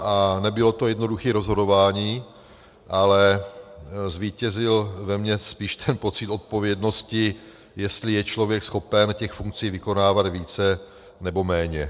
A nebylo to jednoduché rozhodování, ale zvítězil ve mně spíš ten pocit odpovědnosti, jestli je člověk schopen těch funkcí vykonávat více, nebo méně.